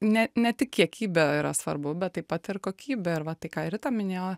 ne ne tik kiekybė yra svarbu bet taip pat ir kokybė arba tai ką rita minėjo